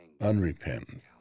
Unrepentant